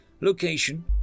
Location